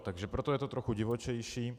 Takže proto je to trochu divočejší.